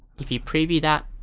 if you preview that